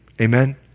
Amen